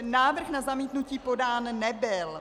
Návrh na zamítnutí podán nebyl.